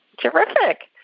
Terrific